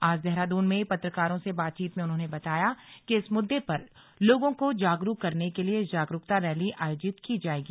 आज देहरादून में पत्रकारों से बातचीत में उन्होंने बताया कि इस मुद्दे पर लोगों को जागरूक करने के लिए जागरूकता रैली आयोजित की जाएगी